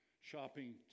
shopping